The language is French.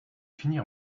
finir